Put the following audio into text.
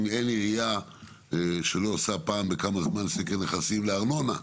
ואין עירייה שלא עושה פעם בכמה זמן סקר נכסים לארנונה.